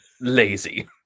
lazy